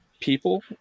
people